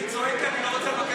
אני צועק כי אני לא רוצה לבקש,